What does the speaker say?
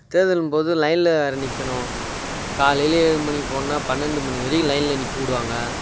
தேர்தலும் போது லைனில் நிற்கணும் காலையிலேயே ஏழு மணிக்கு போனால் பன்னெண்டு மணி வரையும் லைனில் நிற்க விடுவாங்க